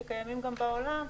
שקיימים גם בעולם,